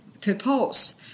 purpose